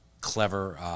clever